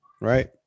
right